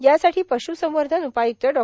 यासाठी पश्संवर्धन उपाय्क्त डॉ